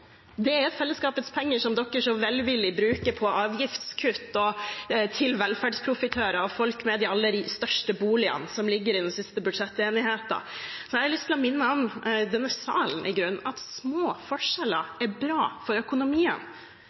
Det er fellesskapets penger som de så velvillig bruker på avgiftskutt, til velferdsprofitører og folk med de aller største boligene, ifølge den siste budsjettenigheten. Jeg har i grunnen lyst til å minne denne salen på at små forskjeller er bra for økonomien.